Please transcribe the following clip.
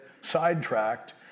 sidetracked